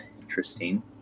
interesting